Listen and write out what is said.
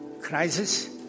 Crisis